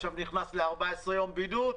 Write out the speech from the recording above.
עכשיו אתה נכנס ל-14 ימי בידוד,